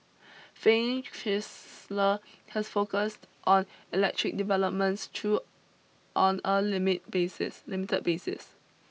Fiat Chrysler has focused on electric developments though on a limit basis limited basis